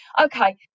okay